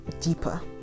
deeper